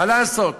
מה לעשות.